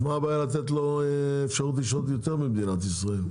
מה הבעיה לתת לו אפשרות לשהות יותר במדינת ישראל?